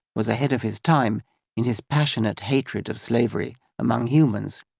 was ahead of his time in his passionate hatred of slavery among humans.